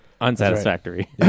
unsatisfactory